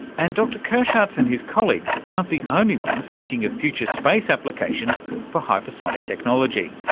and dr kirchhartz and his colleagues aren't the only ones thinking of future space applications for hypersonic technology.